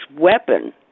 weapon